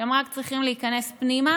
אתם רק צריכים להיכנס פנימה